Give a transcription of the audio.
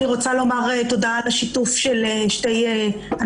אני רוצה לומר תודה על השיתוף של שתי הנשים.